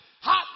Hot